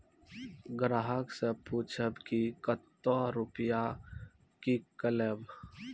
ग्राहक से पूछब की कतो रुपिया किकलेब?